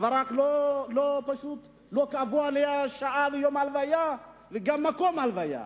לא קבעו לה שעה ויום הלוויה וגם מקום הלוויה.